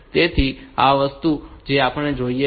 તેથી આ તે વસ્તુ છે કે જે આપણને જોઈએ છે